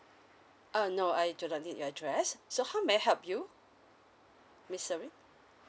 uh no I do not need your address so how may I help you miss serene